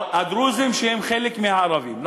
הדרוזים, שהם חלק מהערבים.